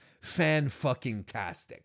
fan-fucking-tastic